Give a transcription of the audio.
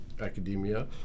academia